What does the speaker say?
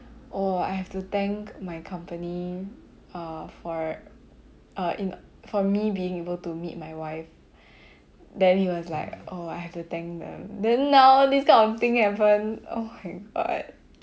oh I have to thank my company err for err in for me being able to meet my wife then he was like oh I have to thank them then now this kind of thing happen oh my god